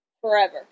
forever